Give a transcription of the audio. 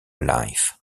life